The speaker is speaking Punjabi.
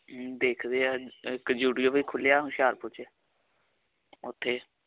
ਦੇਖਦੇ ਆ ਇੱਕ ਯੂਟੀਊਬ ਖੁੱਲਿਆ ਹੋਸ਼ਿਆਰਪੁਰ ਚ ਉਥੇ